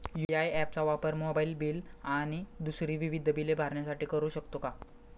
UPI app चा वापर mobile bill आणि दुसरी विविध बिले भरण्यासाठी करू शकतो का?